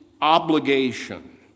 obligation